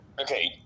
Okay